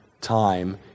time